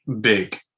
big